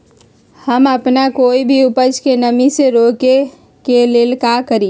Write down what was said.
हम अपना कोई भी उपज के नमी से रोके के ले का करी?